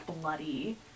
bloody